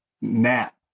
nap